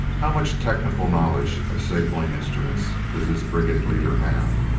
how much technical knowledge of signaling instruments did this brigand leader have?